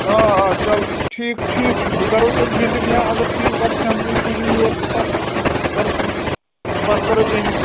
آ آ چلو ٹھیٖک ٹھیٖک چھُ بہٕ کَرَو تیٚلہِ وِزِٹ یا اَگر تُہی پتہٕ سٮ۪مپُلٕے سوٗزیُو یور تہٕ پتہٕ کَرَو پتہٕ کَرَو تٔمی